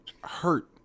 hurt